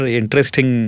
interesting